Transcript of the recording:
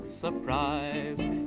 surprise